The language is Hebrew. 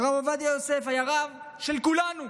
הרב עובדיה יוסף היה רב של כולנו.